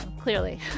clearly